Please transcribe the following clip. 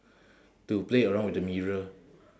to play around with the mirror